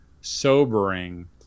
sobering